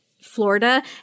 Florida